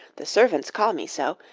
the servants call me so,